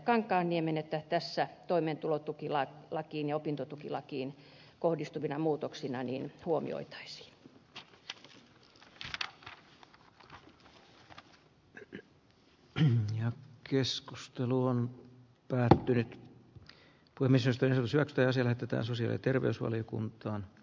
kankaanniemen esitteleminä sekä toimeentulotukilakiin ja opintotukilakiin kohdistuvina muutoksinani huomioittais jos hän yritti ensin ja keskustelu on tärvelty ja kulumisesta ja syöttäisivät että sosiaali terveysvaliokunta